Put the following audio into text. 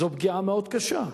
זו פגיעה מאוד קשה,